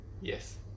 yes